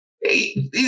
Hey